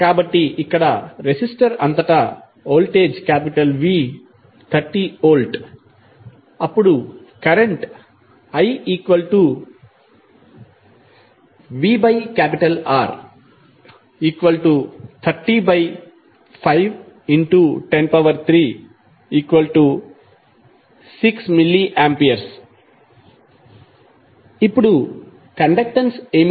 కాబట్టి ఇక్కడ రెసిస్టర్ అంతటా వోల్టేజ్ V 30 వోల్ట్ అప్పుడు కరెంట్ ivR3051036 mA ఇప్పుడుకండక్టెన్స్ ఏమిటి